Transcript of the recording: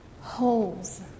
holes